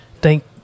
thank